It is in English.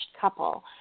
couple